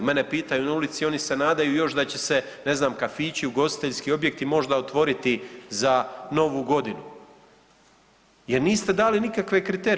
Mene pitaju na ulici, oni se nadaju još da će se ne znam kafići, ugostiteljski objekti možda otvoriti za Novu godinu jer niste dali nikakve kriterije.